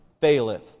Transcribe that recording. faileth